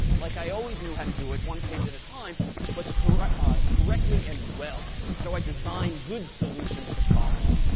like i always knew how to do it one page at a time but correctly correctly and well. how do i design good solutions to problems?